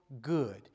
good